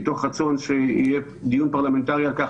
מתוך רצון שיהיה דיון פרלמנטרי על כך